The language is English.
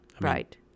Right